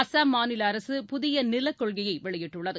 அஸ்ஸாம் மாநில அரசு புதிய நிலக்கொள்கையை வெளியிட்டுள்ளது